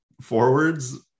forwards